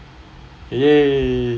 !yay!